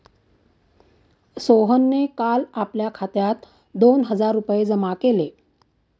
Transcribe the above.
सोहनने काल आपल्या खात्यात दोन हजार रुपये जमा केले